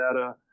data